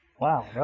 Wow